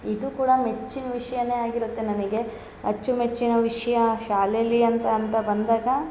ಇದು ಕೂಡ ಮೆಚ್ಚಿನ ವಿಷಯನೇ ಆಗಿರುತ್ತೆ ನನಗೆ ಅಚ್ಚುಮೆಚ್ಚಿನ ವಿಷಯ ಶಾಲೇಲಿ ಅಂತ ಅಂತ ಬಂದಾಗ